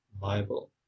bible